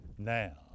Now